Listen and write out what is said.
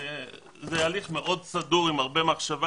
זה הליך מאוד סדור עם הרבה מחשבה,